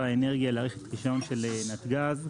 האנרגיה להאריך את הרישיון של נתג"ז.